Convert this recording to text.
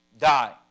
die